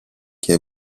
και